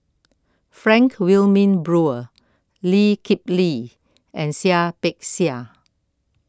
Frank Wilmin Brewer Lee Kip Lee and Seah Peck Seah